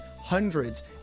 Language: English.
hundreds